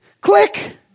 Click